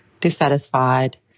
dissatisfied